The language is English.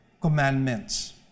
Commandments